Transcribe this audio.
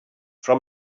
from